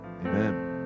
Amen